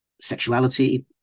sexuality